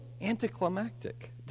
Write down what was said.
anticlimactic